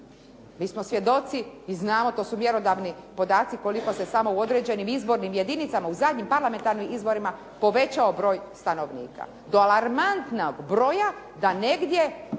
Mi smo svjedoci i znamo to su mjerodavni podaci koliko se samo u određenim izbornim jedinicama u zadnjim parlamentarnim izborima povećao broj stanovnika do alarmantnog broja da negdje